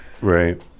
right